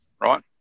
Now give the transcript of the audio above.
right